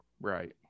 right